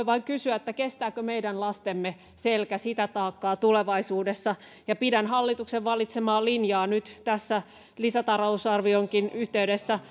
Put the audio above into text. vain kysyä kestääkö meidän lastemme selkä sitä taakkaa tulevaisuudessa pidän hallituksen valitsemaa linjaa nyt tässä lisätalousarvionkin yhteydessä